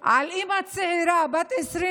על אימא צעירה בת 29